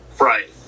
Right